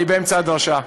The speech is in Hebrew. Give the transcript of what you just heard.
אני באמצע הדרשה.